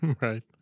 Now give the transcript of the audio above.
Right